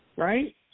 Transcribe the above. Right